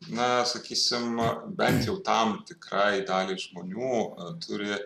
na sakysim bent jau tam tikrai daliai žmonių turi